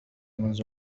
منذ